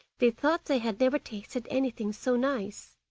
they thought they had never tasted anything so nice.